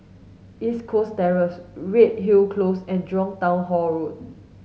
East Coast Terrace Redhill Close and Jurong Town Hall Road